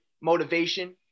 motivation